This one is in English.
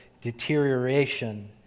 deterioration